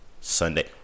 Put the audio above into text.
Sunday